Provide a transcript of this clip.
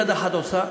יד אחת עושה,